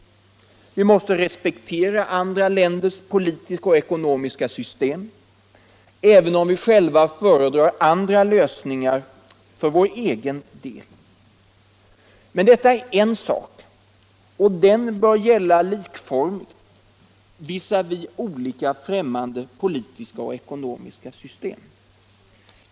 Vi måste respektera andra staters politiska och ekonomiska system, även om vi själva föredrar andra lösningar för vår del. Men dewta är en sak, och den bör gälla likformigt visavi olika främmande politiska och ekonomiska system.